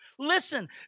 Listen